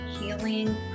healing